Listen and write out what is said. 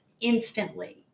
instantly